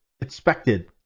expected